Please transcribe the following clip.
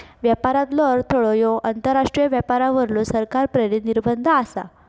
व्यापारातलो अडथळो ह्यो आंतरराष्ट्रीय व्यापारावरलो सरकार प्रेरित निर्बंध आसा